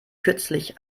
kürzlich